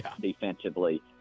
defensively